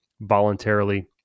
voluntarily